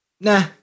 nah